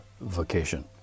vacation